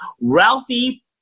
Ralphie